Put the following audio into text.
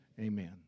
Amen